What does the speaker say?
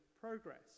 progress